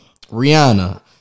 Rihanna